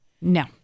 No